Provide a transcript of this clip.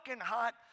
hot